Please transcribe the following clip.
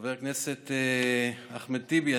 חבר כנסת אחמד טיבי,